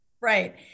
Right